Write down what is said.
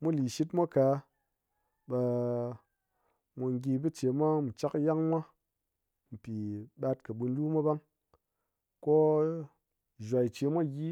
mumlishitmwa ka ɓe-e mu gyi bichemwa mu chak yang mwa pi ɓat kɨ ɓwinlu mwa ɓang ko zwai ce mwa gyi